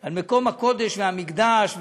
על מקום הקודש והמקדש,